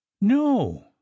No